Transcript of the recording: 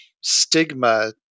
stigma